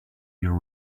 your